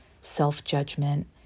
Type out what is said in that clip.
self-judgment